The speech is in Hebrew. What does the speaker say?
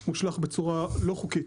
חלקה מושלך בצורה לא חוקית